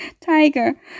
Tiger